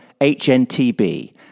HNTB